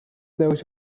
those